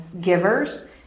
givers